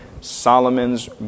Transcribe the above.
Solomon's